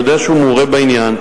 אני יודע שהוא מעורה בעניין,